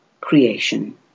creation